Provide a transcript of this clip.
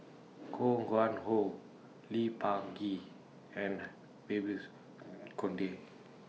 Koh Nguang How Lee Peh Gee and Babes Conde